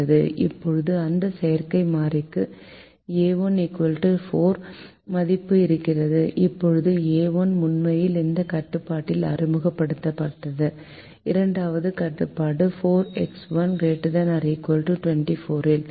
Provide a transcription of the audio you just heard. இப்போது அந்த செயற்கை மாறிக்கு a1 4 மதிப்பு இருந்தது இப்போது a1 உண்மையில் இந்த கட்டுப்பாட்டில் அறிமுகப்படுத்தப்பட்டது இரண்டாவது கட்டுப்பாடு 4X1 ≥ 24 இல்